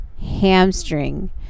hamstring